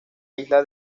isla